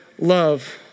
love